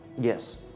Yes